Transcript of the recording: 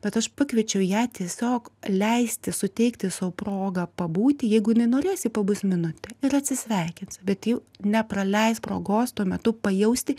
bet aš pakviečiau ją tiesiog leisti suteikti sau progą pabūti jeigu nenorėsi pabus minutę ir atsisveikins bet jau nepraleisk progos tuo metu pajausti